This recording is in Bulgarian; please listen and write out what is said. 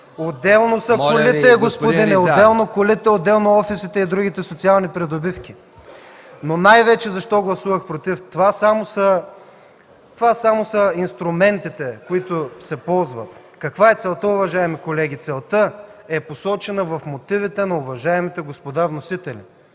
Отделно са колите, отделно офисите и другите социални придобивки. Но най-вече защо гласувах „против”? Това са само инструментите, които се ползват. Каква е целта, уважаеми колеги? Целта е посочена в мотивите на уважаемите господа вносители.